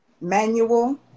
manual